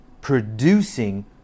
producing